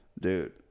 Dude